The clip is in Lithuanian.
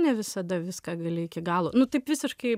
ne visada viską gali iki galo nu taip visiškai